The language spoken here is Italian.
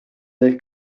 del